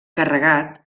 carregat